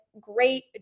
great